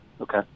Okay